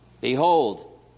Behold